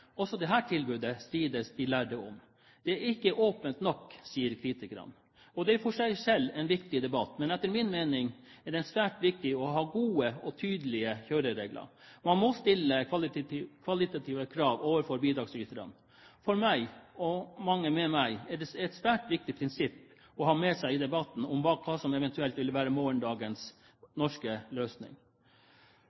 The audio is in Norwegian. strides de lærde om. Det er ikke åpent nok, sier kritikerne. Det er i seg selv en viktig debatt, men etter min mening er det svært viktig å ha gode og tydelige kjøreregler. Man må stille kvalitative krav overfor bidragsyterne. For meg, og mange med meg, er det et svært viktig prinsipp å ha med seg i debatten om hva som eventuelt vil være morgendagens